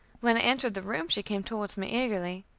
when i entered the room, she came towards me eagerly